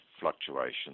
fluctuations